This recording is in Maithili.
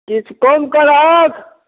किछु कम करहक